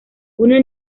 una